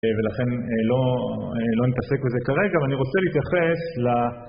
ולכן לא נתעסק כזה כרגע, אבל אני רוצה להתייחס ל...